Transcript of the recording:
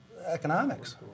economics